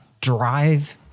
drive